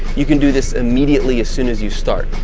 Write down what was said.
you can do this immediately as soon as you start,